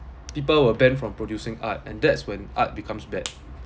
people were banned from producing art and that's when art becomes bad